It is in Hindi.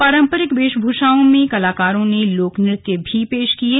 पारंपरिक वेशभूषाओं में कलाकारों ने लोक नृत्य भी पेश किये